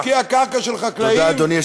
להפקיע קרקע של חקלאים, תודה, אדוני.